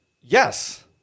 Yes